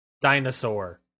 dinosaur